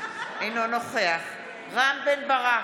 אינו נוכח רם בן ברק,